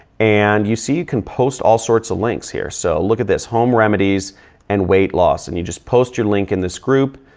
and you see you can all sorts of links here. so look at this, home remedies and weight loss. and you just post your link in this group.